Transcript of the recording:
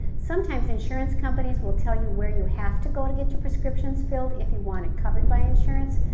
sometimes insurance companies will tell you where you have to go to get your prescriptions filled if you want it covered by insurance.